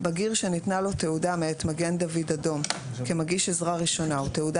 בגיר שניתנה לו תעודה מאת מגן דוד אדום כמגיש עזרה ראשונה או תעודה